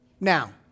Now